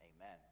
Amen